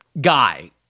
guy